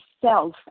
self